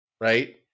right